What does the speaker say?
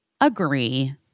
agree